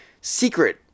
secret